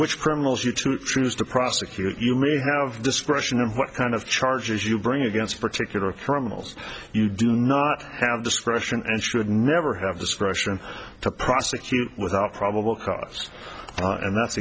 which criminals you to choose to prosecute you may have discretion in what kind of charges you bring against particular criminals you do not have discretion and should never have discretion to prosecute without probable cause and that's